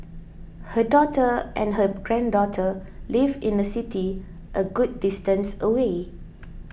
her daughter and her granddaughter live in a city a good distance away